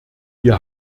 wir